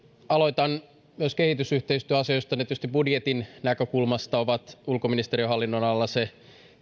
aloitan myös kehitysyhteistyöasioista ne tietysti budjetin näkökulmasta ovat ulkoministeriön hallinnonalalla se